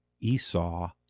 Esau